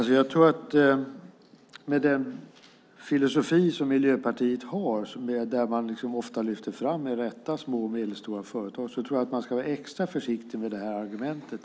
Herr talman! Med den filosofi som Miljöpartiet har, där man ofta, med rätta, lyfter fram små och medelstora företag, tror jag att man ska vara extra försiktig med det här argumentet.